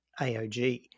AOG